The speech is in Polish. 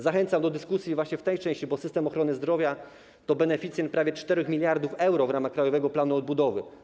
Zachęcam do dyskusji właśnie w tej części, bo system ochrony zdrowia to beneficjent prawie 4 mld euro w ramach krajowego planu odbudowy.